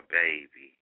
baby